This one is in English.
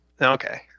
Okay